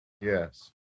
Yes